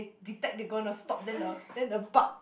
detect they gonna stop then the then the butt